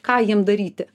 ką jiem daryti